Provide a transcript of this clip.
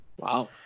Wow